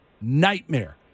nightmare